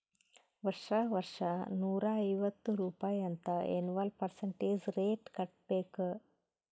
ವರ್ಷಾ ವರ್ಷಾ ನೂರಾ ಐವತ್ತ್ ರುಪಾಯಿ ಅಂತ್ ಎನ್ವಲ್ ಪರ್ಸಂಟೇಜ್ ರೇಟ್ ಕಟ್ಟಬೇಕ್